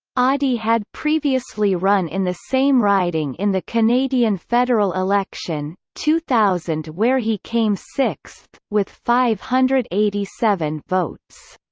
oddy had previously run in the same riding in the canadian federal election, two thousand where he came sixth, with five hundred and eighty seven votes.